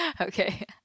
okay